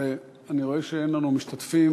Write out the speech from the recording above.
אני רואה שאין לנו משתתפים,